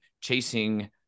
chasing